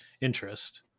interest